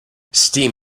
steam